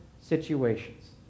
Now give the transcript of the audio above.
situations